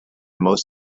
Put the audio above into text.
most